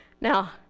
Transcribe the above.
Now